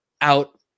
out